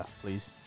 please